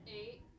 eight